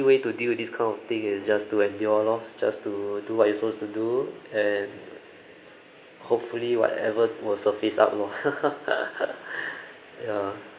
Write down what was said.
way to deal with this kind of thing is just to endure loh just to do what you're supposed to do and hopefully whatever will surface up loh ya